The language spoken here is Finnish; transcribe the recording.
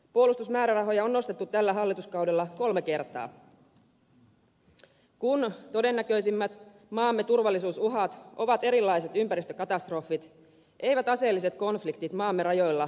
puolustusmäärärahoja on nostettu tällä hallituskaudella kolme kertaa kun todennäköisimmät maamme turvallisuusuhat ovat erilaiset ympäristökatastrofit eivät aseelliset konfliktit maamme rajoilla